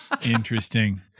Interesting